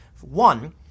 one